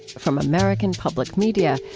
from american public media,